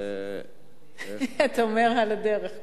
תן לה 13. אתה אומר, על הדרך כבר.